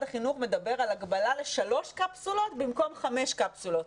החינוך מדבר על הגבלה לשלוש קפסולות במקום חמש קפסולות.